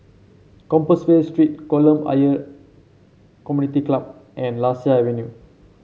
Compassvale Street Kolam Ayer Community Club and Lasia Avenue